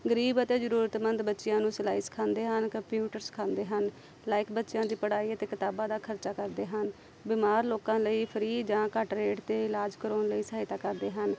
ਗਰੀਬ ਅਤੇ ਜ਼ਰੂਰਤਮੰਦ ਬੱਚਿਆਂ ਨੂੰ ਸਿਲਾਈ ਸਿਖਾਉਂਦੇ ਹਨ ਕੰਪਿਊਟਰ ਸਿਖਾਉਂਦੇ ਹਨ ਲਾਈਕ ਬੱਚਿਆਂ ਦੀ ਪੜ੍ਹਾਈ ਅਤੇ ਕਿਤਾਬਾਂ ਦਾ ਖਰਚਾ ਕਰਦੇ ਹਨ ਬਿਮਾਰ ਲੋਕਾਂ ਲਈ ਫਰੀ ਜਾਂ ਘੱਟ ਰੇਟ 'ਤੇ ਇਲਾਜ ਕਰਵਾਉਣ ਲਈ ਸਹਾਇਤਾ ਕਰਦੇ ਹਨ